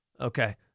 Okay